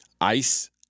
ICE